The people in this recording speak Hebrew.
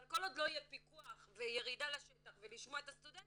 אבל כל עוד לא יהיה פיקוח וירידה לשטח ולשמוע את הסטודנטים,